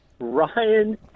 Ryan